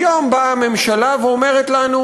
היום באה הממשלה ואומרת לנו: